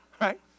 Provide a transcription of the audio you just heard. Right